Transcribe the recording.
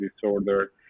disorder